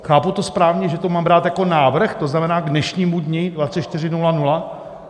Chápu to správně, že to mám brát jako návrh, to znamená, k dnešnímu dni dvacet čtyři nula nula?